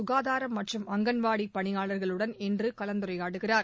சுகாதாரம் மற்றும் அங்கன்வாடி பணியாளர்களுடன் இன்று கலந்துரையாடுகிறார்